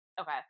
okay